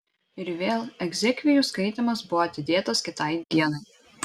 ir vėl egzekvijų skaitymas buvo atidėtas kitai dienai